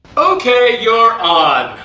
okay, you're on!